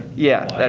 yeah